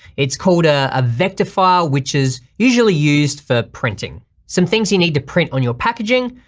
it's called a ah vector file which is usually used for printing. some things you need to print on your packaging,